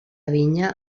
vinya